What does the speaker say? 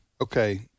Okay